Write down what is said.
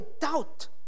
doubt